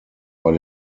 bei